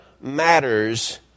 matters